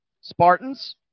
Spartans